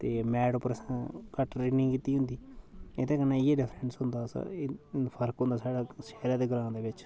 ते मैट उप्पर असें घट्ट ट्रेंनिग कीती दी होंदी एह्दे कन्नै इ'यै डिफरेंस होंदा असां एह् फर्क होंदा शैह्रे ते ग्रांऽ दे बिच्च